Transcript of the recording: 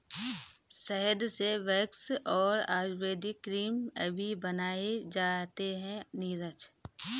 शहद से वैक्स और आयुर्वेदिक क्रीम अभी बनाए जाते हैं नीरज